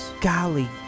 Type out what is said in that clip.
Golly